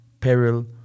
peril